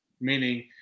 meaning